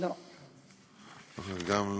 גם לא.